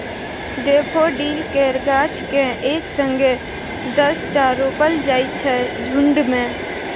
daffodil केर गाछ केँ एक संगे दसटा रोपल जाइ छै झुण्ड मे